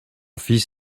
fils